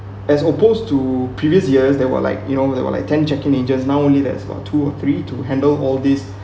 as opposed to previous years that were like you know there are like ten checking agents now only that's about two or three to handle all this